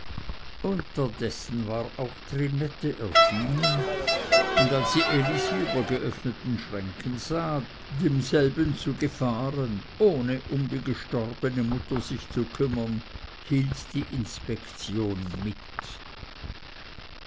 unterdessen war auch trinette erschienen und als sie elisi über geöffneten schränken sah demselben zugefahren ohne um die gestorbene mutter sich zu kümmern hielt die inspektion mit